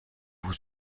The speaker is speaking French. vous